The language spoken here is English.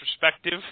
perspective